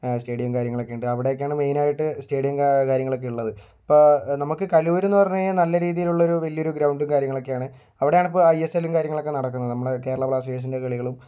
stadium കാര്യങ്ങളൊക്കെയുണ്ട് അവിടെയൊക്കെയാണ് മെയിനായിട്ട് സ്റ്റേഡിയവും കാര്യങ്ങളൊക്കെ ഉള്ളത് ഇപ്പോൾ നമുക്ക് കലൂരെന്ന് പറഞ്ഞ് കഴിഞ്ഞാൽ നല്ല രീതിയിലുള്ളൊരു വലിയൊരു ഗ്രൗണ്ടും കാര്യങ്ങളൊക്കെയാണ് അവിടെയാണിപ്പോൾ ഐ എസ് എല്ലും കാര്യങ്ങളൊക്കെ നടക്കുന്നത് നമ്മുടെ കേരള ബ്ലാസ്റ്റേഴ്സിൻ്റെ കളികളും